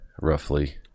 roughly